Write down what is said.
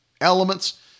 elements